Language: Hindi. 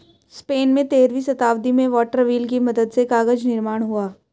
स्पेन में तेरहवीं शताब्दी में वाटर व्हील की मदद से कागज निर्माण हुआ